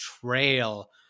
trail